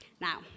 Now